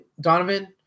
Donovan